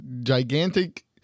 gigantic